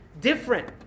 different